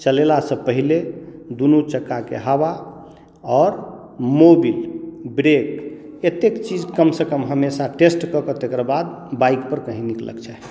चलेला से पहले दुनू चक्काके हवा आओर मोबिल ब्रेक एतेक चीज कमसँ कम हमेशा टेस्ट कऽ के तेकर बाद बाइक पर कहीँ निकलक चाही